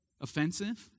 offensive